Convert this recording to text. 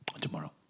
tomorrow